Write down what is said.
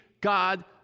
God